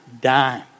dime